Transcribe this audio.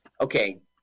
Okay